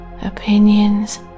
opinions